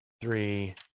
three